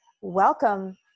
welcome